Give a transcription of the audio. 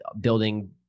building